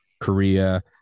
korea